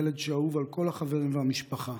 ילד שאהוב על כל החברים והמשפחה.